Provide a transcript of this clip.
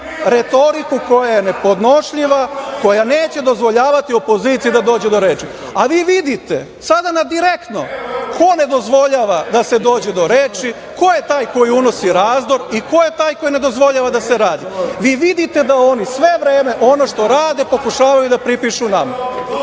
retoriku koja je nepodnošljiva, koja neće dozvoljavati opoziciji da dođe do reči. A vi vidite sada na direktnom prenosu ko ne dozvoljava da se dođe do reči, ko je taj koji unosi razdor i ko je taj koji ne dozvoljava da se radi. Vi vidite da oni sve vreme ono što rade pokušavaju da pripišu